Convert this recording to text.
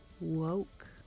woke